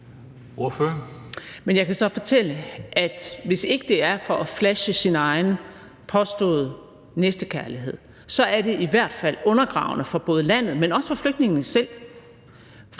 Men jeg kan så fortælle, at hvis ikke det er for at flashe sin egen påståede næstekærlighed, så er det i hvert fald undergravende for både landet, men også for flygtningene selv.